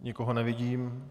Nikoho nevidím.